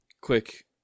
quick